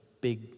big